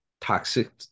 toxic